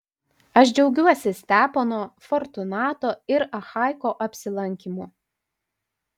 aš džiaugiuosi stepono fortunato ir achaiko apsilankymu